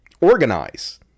organize